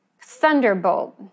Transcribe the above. thunderbolt